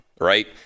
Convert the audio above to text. Right